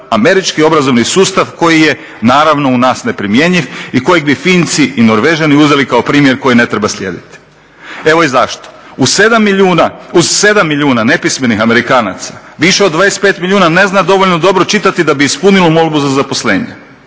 američki obrazovni sustav koji je naravno u nas neprimjenjiv i kojeg bi Finci i Norvežani uzeli kao primjer koji ne treba slijediti evo i zašto. Uz 7 milijuna nepismenih Amerikanaca više od 25 milijuna ne zna dovoljno dobro čitati da bi ispunilo molbu za zaposlenje,